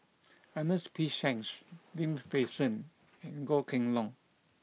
Ernest P Shanks Lim Fei Shen and Goh Kheng Long